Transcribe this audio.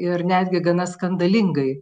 ir netgi gana skandalingai